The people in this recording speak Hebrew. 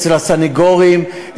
אצל הסנגורים,